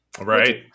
Right